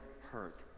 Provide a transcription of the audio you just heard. hurt